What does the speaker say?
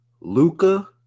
Luca